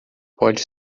pode